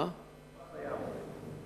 זה טיפה בים.